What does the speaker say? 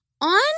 on